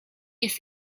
jest